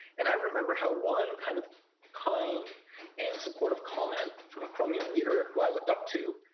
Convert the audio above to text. and i remember how one kind of kind and supportive comment from a chromium leader, who i looked up to,